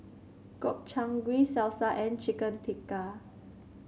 Gobchang Gui Salsa and Chicken Tikka